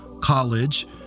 college